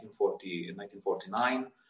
1949